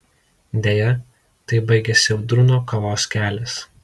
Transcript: deja taip baigėsi audrūno kovos kelias